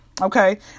okay